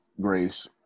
Grace